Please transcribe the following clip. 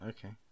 Okay